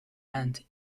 and